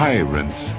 Tyrants